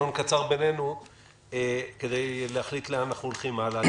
קצר בינינו כדי להחליט לאן אנחנו הולכים הלאה.